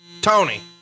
Tony